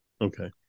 Okay